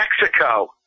mexico